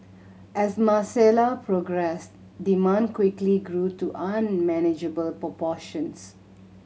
as Marcella progressed demand quickly grew to unmanageable proportions